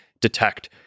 detect